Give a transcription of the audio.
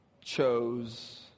chose